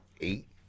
eight